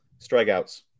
Strikeouts